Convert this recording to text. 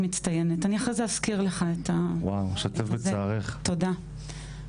אנחנו עוסקות לשיקום תעסוקתי-כלכלי של נפגעות אלימות.